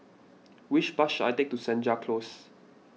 which bus should I take to Senja Close